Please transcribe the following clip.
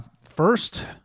first